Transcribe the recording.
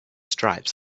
stripes